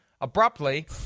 abruptly